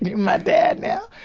my dad now.